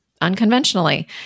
unconventionally